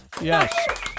Yes